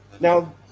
Now